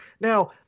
Now